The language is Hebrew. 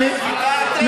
אתם עקרתם,